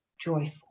joyful